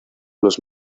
los